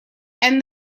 and